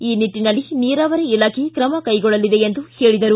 ಈ ನಿಟ್ಟನಲ್ಲಿ ನೀರಾವರಿ ಇಲಾಖೆ ಕ್ರಮ ಕೈಗೊಳ್ಳಲಿದೆ ಎಂದರು